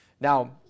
Now